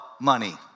money